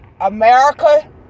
America